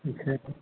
अच्छा जी